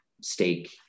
stake